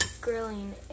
grilling